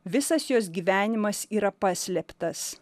visas jos gyvenimas yra paslėptas